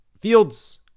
Fields